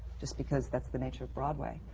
just because that's the nature of broadway.